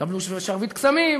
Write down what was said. תקבלו "שרביט קסמים",